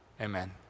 Amen